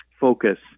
focus